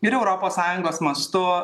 ir europos sąjungos mastu